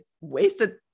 wasted